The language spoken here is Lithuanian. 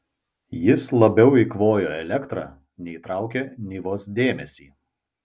jis labiau eikvojo elektrą nei traukė nivos dėmesį